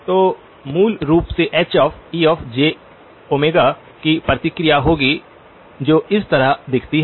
तो मूल रूप से Hejω की प्रतिक्रिया होगी जो इस तरह दिखती है